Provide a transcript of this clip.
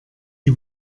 die